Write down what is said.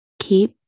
Keep